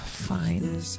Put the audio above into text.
fine